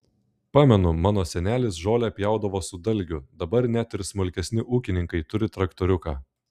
pamenu mano senelis žolę pjaudavo su dalgiu dabar net ir smulkesni ūkininkai turi traktoriuką